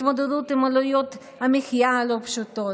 התמודדות עם עלויות המחיה הלא-פשוטות.